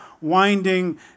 winding